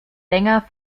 länger